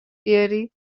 بیاری